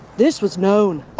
this was known